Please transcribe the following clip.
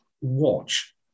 watch